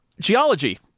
Geology